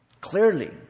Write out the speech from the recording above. Clearly